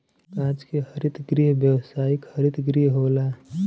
कांच के हरित गृह व्यावसायिक हरित गृह होला